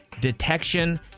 Detection